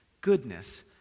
goodness